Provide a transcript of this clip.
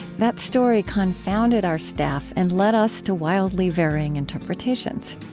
that story confounded our staff and led us to wildly varying interpretations.